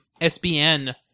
SBN